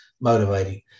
motivating